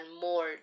more